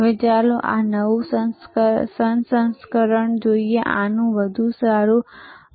હવે ચાલો આ નવું સંસ્કરણ જોઈએ આનું વધુ સારું સંસ્કરણ